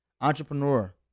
entrepreneur